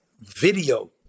video